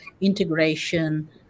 integration